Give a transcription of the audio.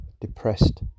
Depressed